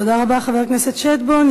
תודה רבה, חבר הכנסת שטבון.